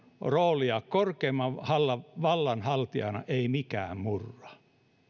roolia korkeimman vallan vallan haltijana ei mikään murra